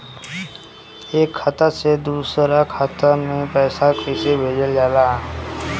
एक खाता से दूसरा खाता में पैसा कइसे भेजल जाला?